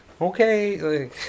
okay